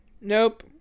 Nope